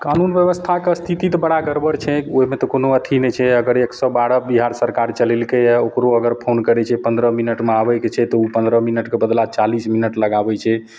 कानून बेबस्थाके इस्थिति तऽ बड़ा गड़बड़ छै ओहिमे तऽ कोनो अथी नहि छै अगर एक सओ बारह बिहार सरकार चलेलकैए ओकरो अगर फोन करै छिए पनरह मिनटमे आबैके छै तऽ ओ पनरह मिनटके बदला चालिस मिनट लगाबै छै